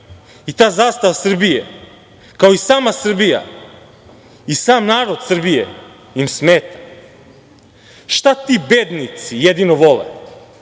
i ta zastava Srbije, kao i sama Srbija i sam narod Srbije im smeta. Šta ti bednici jedino vole,